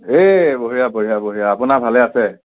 এই বঢ়িয়া বঢ়িয়া বঢ়িয়া আপোনাৰ ভালে আছে